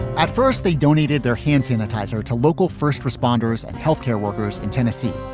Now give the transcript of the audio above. at first, they donated their hand sanitizer to local first responders and health care workers in tennessee.